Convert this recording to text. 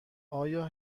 آیا